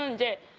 um get